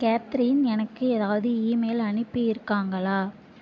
Katherine எனக்கு ஏதாவது email அனுப்பி இருக்காங்களா